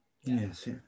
Yes